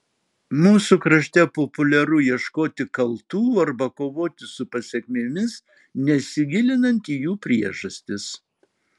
mūsų krašte populiaru ieškoti kaltų arba kovoti su pasekmėmis nesigilinant į jų priežastis